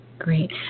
Great